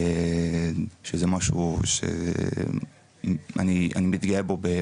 זה משהו שאני מתגאה בו מאוד,